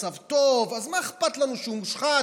המצב טוב, אז מה אכפת לנו שהוא מושחת?